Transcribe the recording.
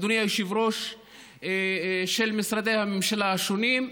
אדוני היושב-ראש, של משרדי הממשלה השונים,